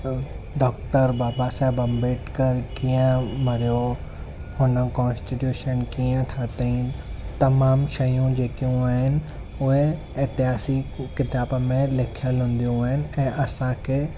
doctor Baba Saheb Ambedkar कीअं मरियो हुन कॉन्स्टिट्यूशन कीअं ठाहियईं तमामु शयूं जेकियूं आहिनि उहे इतिहास जी किताबु में लिखियलु हूंदियूं आहिनि ऐं असांखे